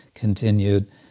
Continued